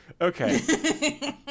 Okay